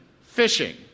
fishing